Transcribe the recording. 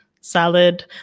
salad